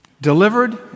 delivered